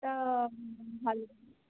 সেটা ভালো